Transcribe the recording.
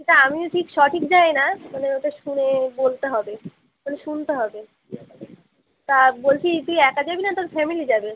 সেটা আমিও ঠিক সঠিক জানি না মানে ওটা শুনে বলতে হবে ওটা শুনতে হবে তা বলছি তুই একা যাবি না তোর ফ্যামিলি যাবে